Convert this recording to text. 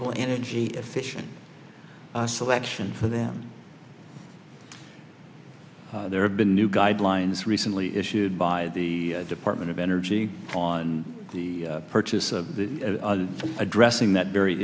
e energy efficient selection for them there have been new guidelines recently issued by the department of energy on the purchase of addressing that very